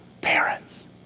parents